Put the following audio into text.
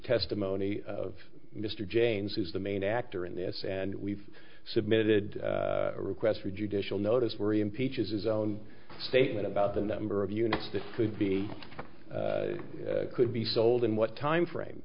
testimony of mr janes is the main actor in this and we've submitted requests for judicial notice we're impeaches his own statement about the number of units that could be could be sold and what time frame